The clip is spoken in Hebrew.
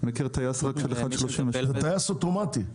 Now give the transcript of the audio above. זה טייס אוטומטי.